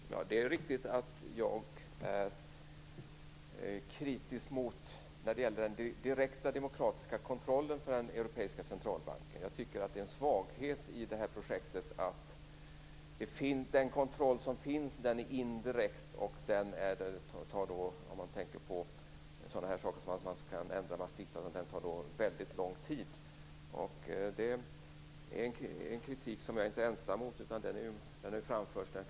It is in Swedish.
Fru talman! Det är riktigt att jag är kritisk när det gäller den direkta demokratiska kontrollen över den europeiska centralbanken. Jag tycker att det är en svaghet i det här projektet att den kontroll som finns är indirekt. Den tar också, om man tänker på sådana saker som att ändra Maastrichtfördraget, väldigt lång tid. Det är en kritik som jag inte är ensam om. Den har ju framförts förr.